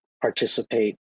participate